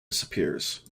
disappears